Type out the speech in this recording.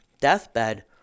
deathbed